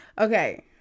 okay